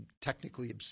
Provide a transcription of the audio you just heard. technically